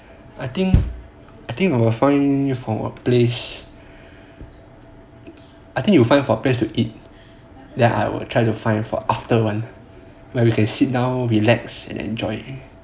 I think I think you must find places I think you find for places to eat then I will try to find after that where we can sit down relax and enjoy